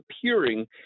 appearing